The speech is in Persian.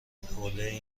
حوله